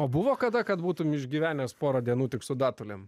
o buvo kada kad būtumei išgyvenęs porą dienų tik su datulėm